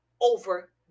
over